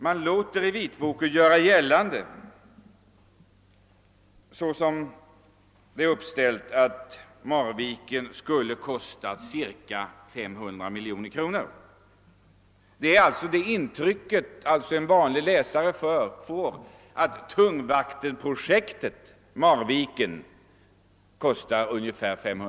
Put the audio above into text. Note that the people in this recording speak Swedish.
Enligt den uppställning som görs i vitboken framstår det som om Marviken skulle ha kostat ca 500 miljoner kronor. Det är det intryck en vanlig läsare får beträffande tungvattenprojektet Marviken.